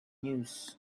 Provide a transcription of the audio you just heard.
news